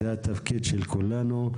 זה התפקיד של כולנו.